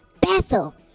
Bethel